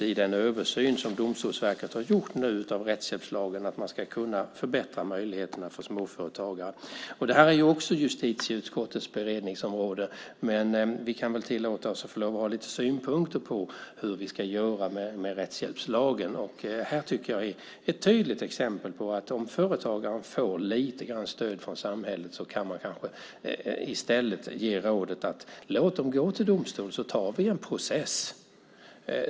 I den översyn av rättshjälpslagen som Domstolsverket har gjort ingår att man ska kunna förbättra möjligheterna för småföretagare. Detta är också justitieutskottets beredningsområde, men vi kan väl tillåta oss att ha lite synpunkter på hur vi ska göra med rättshjälpslagen. Jag tycker att detta är ett tydligt exempel på att om företagaren får lite stöd från samhället kan man kanske i stället ge rådet: Låt dem gå till domstol, så tar vi en process!